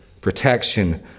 Protection